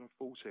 2014